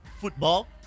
football